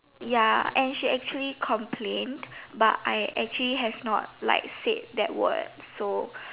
ya and she actually complained but I actually have not like said that word so